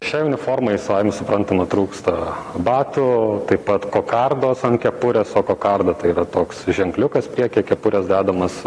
šiai uniformai savaime suprantama trūksta batų taip pat kokardos ant kepurės o kokarda tai yra toks ženkliukas prie kepurės dedamas